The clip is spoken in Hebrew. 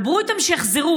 דברו איתם שיחזרו,